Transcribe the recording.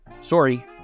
Sorry